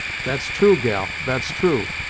that's true, gal that's true,